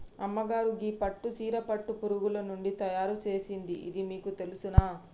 అమ్మగారు గీ పట్టు సీర పట్టు పురుగులు నుండి తయారు సేసింది ఇది మీకు తెలుసునా